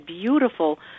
beautiful